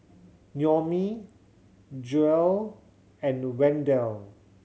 Naomi Joelle and Wendel